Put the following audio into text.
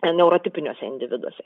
neurotipiniuose individuose